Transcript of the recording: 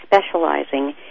specializing